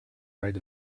right